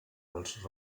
als